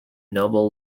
nobel